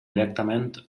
directament